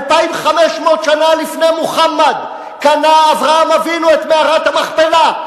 2,500 שנה לפני מוחמד קנה אברהם אבינו את מערת המכפלה,